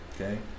okay